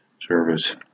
service